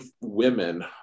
women